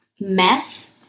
mess